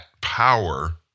power